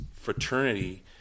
fraternity